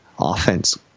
offense